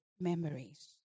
memories